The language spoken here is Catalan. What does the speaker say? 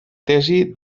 tesi